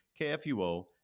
kfuo